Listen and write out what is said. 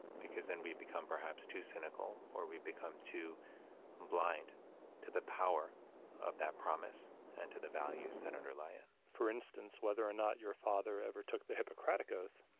because then we become perhaps too cynical, or we become too blind to the power of that promise and to the values that underlie it. for instance, whether or not your father ever took the hippocratic oath,